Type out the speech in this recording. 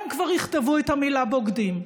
הם כבר יכתבו את המילה "בוגדים".